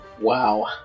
wow